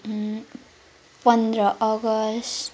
पन्ध्र अगस्त